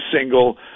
single